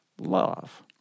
love